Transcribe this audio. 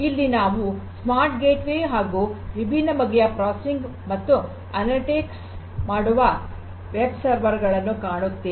ಇಲ್ಲಿ ನಾವು smart gateway ಹಾಗೂ ವಿಭಿನ್ನ ಬಗೆಯ ಪ್ರೋಸಸಿಂಗ್ ಮತ್ತು ಅನಲಿಟಿಕ್ಸ್ ಮಾಡುವ ವೆಬ್ ಸರ್ವರ್ ನನ್ನು ಕಾಣುತ್ತೇವೆ